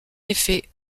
effet